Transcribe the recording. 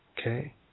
Okay